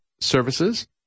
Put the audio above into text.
services